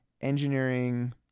engineering